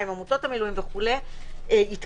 עם עמותות המילואים וכו' - יתקבלו,